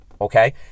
Okay